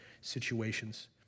situations